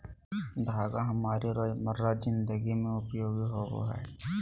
धागा हमारी रोजमर्रा जिंदगी में उपयोगी होबो हइ